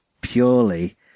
purely